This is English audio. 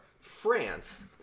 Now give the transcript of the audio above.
France